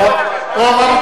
רבותי,